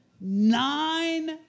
Nine